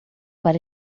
para